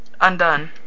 Undone